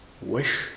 wish